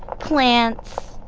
plants.